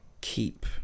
keep